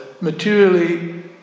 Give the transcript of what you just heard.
materially